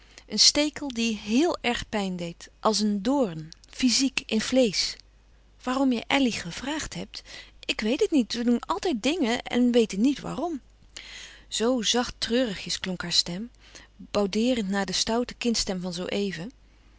een stekel die héel erg pijn deed als een doorn fyziek in vleesch waarom je elly gevraagd hebt ik weet het niet we doen altijd dingen en weten niet waarom zoo zacht treurigjes klonk hare stem boudeerend na de stoute kindstem van zoo even